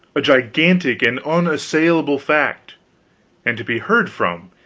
a gigantic and unassailable fact and to be heard from,